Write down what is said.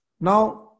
Now